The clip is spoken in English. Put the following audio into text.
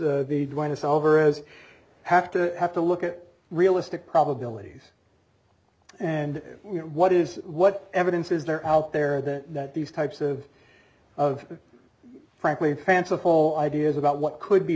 gonzalez the dryness alvarez have to have to look at realistic probabilities and what is what evidence is there out there that these types of of frankly fanciful ideas about what could be